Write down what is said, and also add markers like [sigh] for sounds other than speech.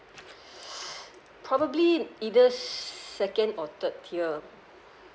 [breath] probably in either s~ second or third tier